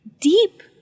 deep